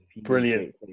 Brilliant